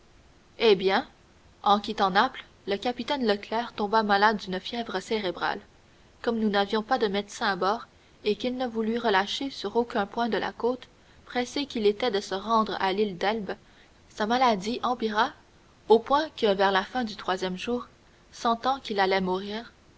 eh bien en quittant naples le capitaine leclère tomba malade d'une fièvre cérébrale comme nous n'avions pas de médecin à bord et qu'il ne voulut relâcher sur aucun point de la côte pressé qu'il était de se rendre à l'île d'elbe sa maladie empira au point que vers la fin du troisième jour sentant qu'il allait mourir